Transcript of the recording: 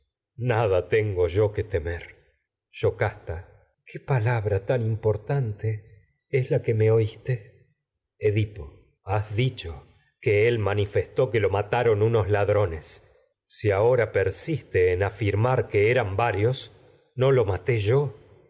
nada tengo temer es yocasta qué palabra tan importante la que me oíste has dicho edipo que él manifestó en que lo mataron que eran unos ladrones si ahora persiste uno afirmar nunca varios no lo maté yo